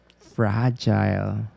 fragile